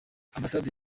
ambasade